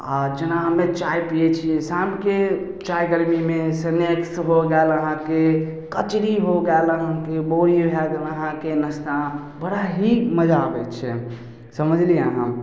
आ जेना हम्मे चाय पियै छी शामके चाय गर्मीमे सनैक्स हो गेल अहाँके कचरी हो गेल अहाँके बड़ी भए गेल अहाँके नस्ता बड़ा ही मजा आबै छै समझलियै अहाँ